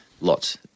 lots